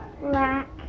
black